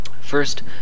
First